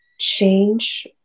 change